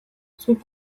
zuk